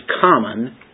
common